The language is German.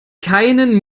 keinen